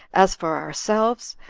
as for ourselves,